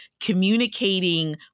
communicating